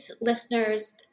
listeners